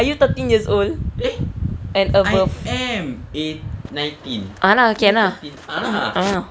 are you thirteen years old and above uh lah can lah